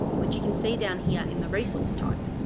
which you can see down here in the resource type,